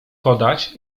podać